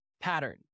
pattern